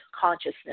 consciousness